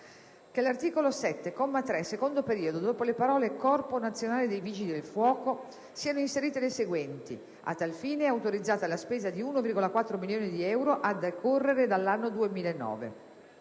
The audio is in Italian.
che all'articolo 7, comma 3, secondo periodo, dopo le parole: «Corpo nazionale dei vigili del fuoco» siano inserite le seguenti: «; a tal fine è autorizzata la spesa di 1,4 milioni di euro a decorrere dall'anno 2009»;